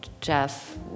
Jeff